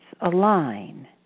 align